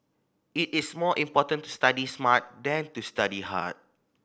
it is more important to study smart than to study hard